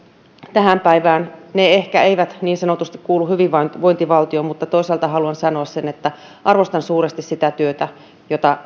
tähän päivään ne ehkä eivät niin sanotusti kuulu hyvinvointivaltioon mutta toisaalta haluan sanoa sen että arvostan suuresti sitä työtä jota